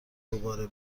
دوباره